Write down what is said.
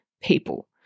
people